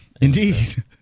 indeed